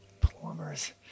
Plumbers